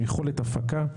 יכולת הפקה.